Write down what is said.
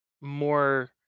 more